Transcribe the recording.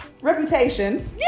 reputation